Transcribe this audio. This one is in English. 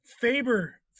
Faber